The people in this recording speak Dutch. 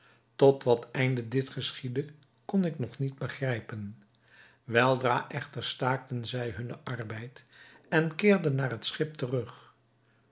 tot wat einde dit geschiedde kon ik nog niet begrijpen weldra echter staakten zij hunnen arbeid en keerden naar het schip terug